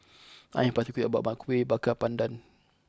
I am particular about my Kueh Baker Pandan